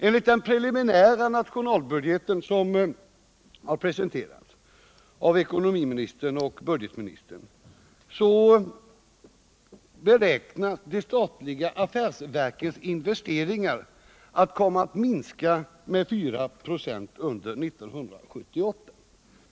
Enligt den preliminära nationalbudgeten, som har presenterats av ekonomiministern och budgetministern, beräknas de statliga affärsverkens investeringar komma att minska med 4 96 under 1978.